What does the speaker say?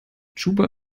juba